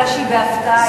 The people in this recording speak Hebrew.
כי היא בהפתעה,